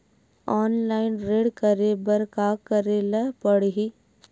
Online ऋण करे बर का करे ल पड़हि?